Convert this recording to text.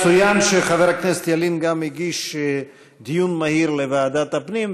יצוין שחבר הכנסת ילין גם הגיש דיון מהיר לוועדת הפנים,